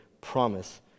promise